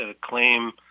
claim